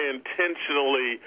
intentionally